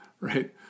Right